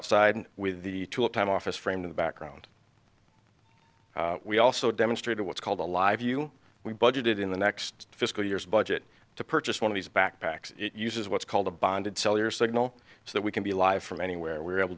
outside with the time office frame in the background we also demonstrated what's called a live view we budgeted in the next fiscal years budget to purchase one of these backpacks it uses what's called a bonded cell your signal so that we can be live from anywhere we are able